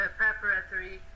preparatory